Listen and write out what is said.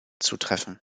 zutreffen